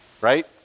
right